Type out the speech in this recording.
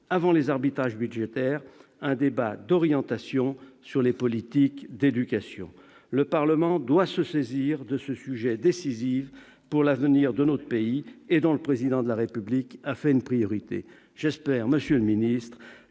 avant les arbitrages budgétaires, un débat d'orientation sur les politiques d'éducation. Très bien ! Le Parlement doit se saisir de ce sujet décisif pour l'avenir de notre pays et dont le Président de la République a fait une priorité. J'espère, monsieur le ministre,